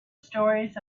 stories